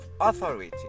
authority